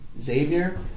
Xavier